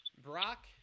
Brock